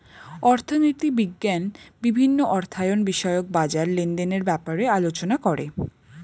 অর্থনীতি বিজ্ঞান বিভিন্ন অর্থায়ন বিষয়ক বাজার লেনদেনের ব্যাপারে আলোচনা করে